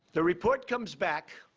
the report comes back,